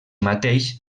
mateix